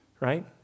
right